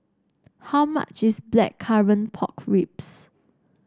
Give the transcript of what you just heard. how much is Blackcurrant Pork Ribs